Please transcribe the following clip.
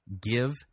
Give